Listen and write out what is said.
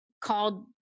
called